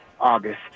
August